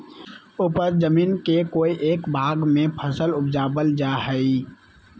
उपज जमीन के कोय एक भाग में फसल उपजाबल जा हइ